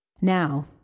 Now